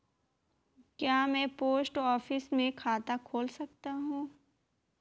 क्या मैं post office में खाता खोल सकता हूँ?